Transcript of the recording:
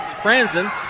Franzen